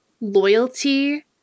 loyalty